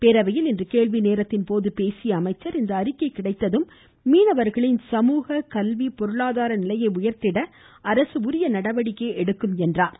பேரவையில் இன்று கேள்வி நேரத்தின்போது பேசிய அமைச்சர் இந்த அறிக்கை கிடைத்ததும் மீனவர்களின் சமூக கல்வி பொருளாதார நிலையை உயர்த்திட அரசு உரிய நடவடிக்கை எடுக்கும் என்றார்